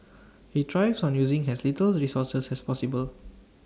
he thrives on using as little resources as possible